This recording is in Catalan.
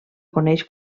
coneix